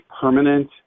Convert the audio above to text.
permanent